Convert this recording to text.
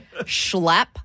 Schlep